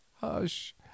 Hush